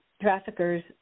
traffickers